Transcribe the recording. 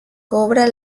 cobra